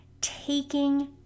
taking